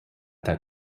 that